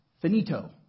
finito